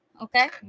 okay